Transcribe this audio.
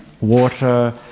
water